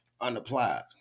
unapplied